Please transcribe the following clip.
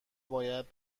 باید